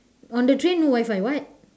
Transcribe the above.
on the train no wi-fi what